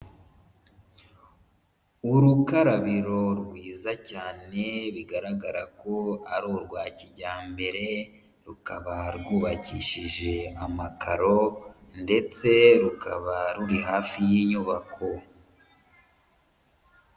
Urukarabiro rwiza cyane bigaragara ko ari urwa kijyambere, rukaba rwubakishije amakaro ndetse rukaba ruri hafi y'inyubako.